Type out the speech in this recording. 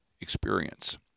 experience